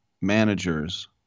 managers